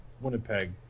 Winnipeg